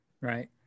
right